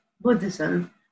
Buddhism